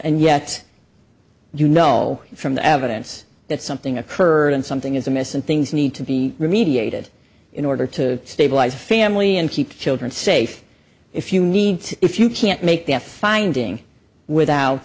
and yet you know from the evidence that something occurred and something is amiss and things need to be remediated in order to stabilize the family and keep children safe if you need to if you can't make that finding without